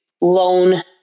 loan